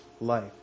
life